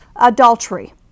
adultery